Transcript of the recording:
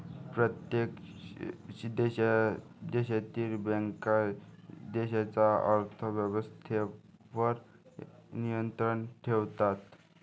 प्रत्येक देशातील बँका देशाच्या अर्थ व्यवस्थेवर नियंत्रण ठेवतात